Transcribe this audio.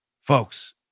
Folks